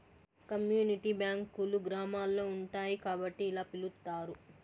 community బ్యాంకులు గ్రామాల్లో ఉంటాయి కాబట్టి ఇలా పిలుత్తారు